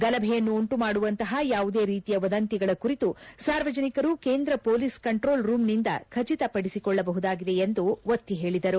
ಗಲಭೆಯನ್ನುಂಟುಮಾಡುವಂತಹ ಯಾವುದೇ ರೀತಿಯ ವದಂತಿಗಳ ಕುರಿತು ಸಾರ್ವಜನಿಕರು ಕೇಂದ್ರ ಪೊಲೀಸ್ ಕಂಟ್ರೋಲ್ ರೂಮ್ನಿಂದ ಖಚಿತಪಡಿಸಿಕೊಳ್ಳಬಹುದಾಗಿದೆ ಎಂದು ಅವರು ಒತ್ತಿ ಹೇಳಿದರು